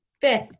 fifth